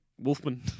Wolfman